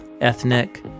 ethnic